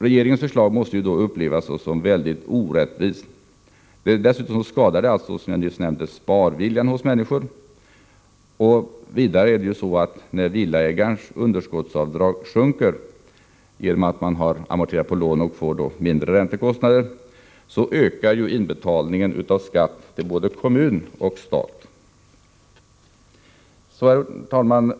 Regeringens förslag måste då upplevas som väldigt orättvist. Dessutom skadar det, som jag nyss nämnde, sparviljan hos människor. Vidare: När villaägarens underskottsavdrag sjunker genom att man har amorterat på lånen och då får lägre räntekostnader ökar inbetalningen av skatt till både kommun och stat. Herr talman!